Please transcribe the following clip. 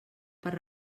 per